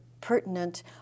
pertinent